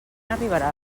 arribarà